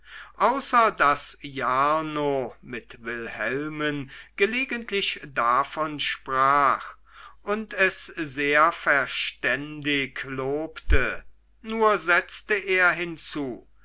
außer daß jarno mit wilhelmen gelegentlich davon sprach und es sehr verständig lobte nur setzte er hinzu